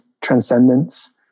transcendence